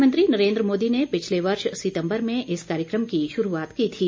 प्रधानमंत्री नरेन्द्र मोदी ने पिछले वर्ष सितंबर में इस कार्यक्रम की शुरूआत की थी